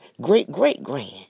great-great-grand